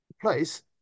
place